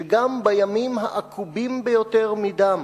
שגם בימים העקובים ביותר מדם